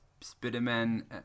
Spider-Man